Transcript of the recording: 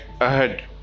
ahead